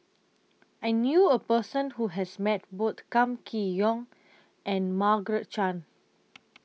I knew A Person Who has Met Both Kam Kee Yong and Margaret Chan